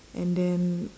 and then